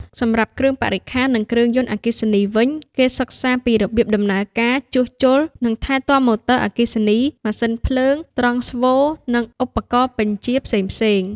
សម្រាប់គ្រឿងបរិក្ខារ និងគ្រឿងយន្តអគ្គិសនីវិញ គេសិក្សាពីរបៀបដំណើរការ ជួសជុល និងថែទាំម៉ូទ័រអគ្គិសនី ម៉ាស៊ីនភ្លើង ត្រង់ស្វូ និងឧបករណ៍បញ្ជាផ្សេងៗ។